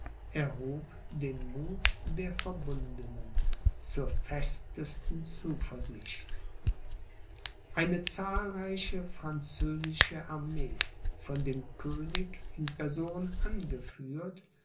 den muth der verbundenen zur festesten zuversicht eine zahlreiche französische armee von dem könig in person angeführt